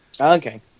Okay